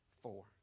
four